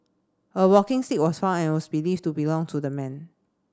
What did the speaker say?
a walking stick was found and was believed to belong to the man